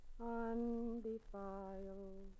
undefiled